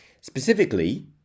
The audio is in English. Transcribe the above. specifically